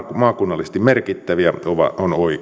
maakunnallisesti merkittäviä on oikea valitusoikeuden rajaaminen